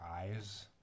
eyes